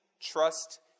trust